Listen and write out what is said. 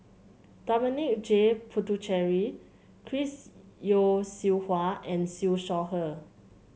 Dominic J Puthucheary Chris Yeo Siew Hua and Siew Shaw Her